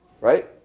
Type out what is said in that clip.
right